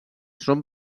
són